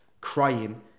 crying